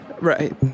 Right